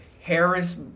Harris